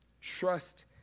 Trust